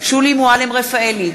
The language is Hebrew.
שולי מועלם-רפאלי,